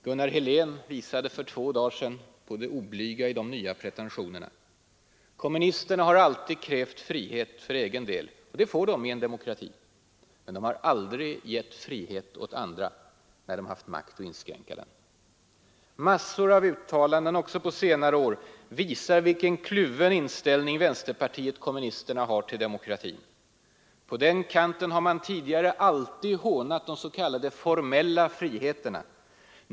Gunnar Helén visade för två dagar sedan på det oblyga i de nya pretentionerna. Kommunisterna har alltid krävt frihet för egen del — och får den i en demokrati — men aldrig gett frihet åt andra, när de haft makt att inskränka den. Massor av uttalanden också på senare år visar vilken kluven inställning vänsterpartiet kommunisterna har till demokratin. På den kanten har man tidigare alltid hånat de s.k. formella friheterna.